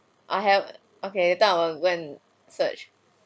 I have okay later I will go and search